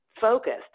focused